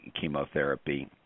chemotherapy